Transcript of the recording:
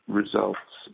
results